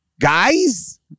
Guys